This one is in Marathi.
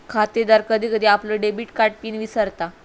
खातेदार कधी कधी आपलो डेबिट कार्ड पिन विसरता